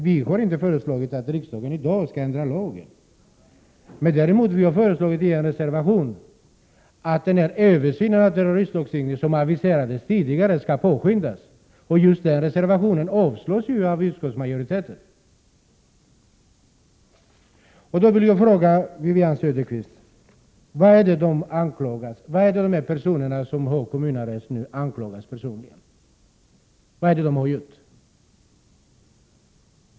Vi har inte föreslagit att riksdagen i dag skall ändra terroristlagstiftningen. Däremot har vi föreslagit i en reservation att den översyn av terroristlagstiftningen som tidigare aviserats skall påskyndas. Den reservationen avstyrks av utskottsmajoriteten. 93 Då vill jag fråga Wivi-Anne Cederqvist: Vad är det de personer som har kommunarrest personligen anklagas för? Vad är det de har gjort?